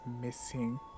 missing